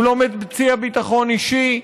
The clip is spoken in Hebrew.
הוא לא מציע ביטחון אישי,